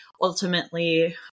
ultimately